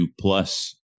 plus